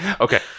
Okay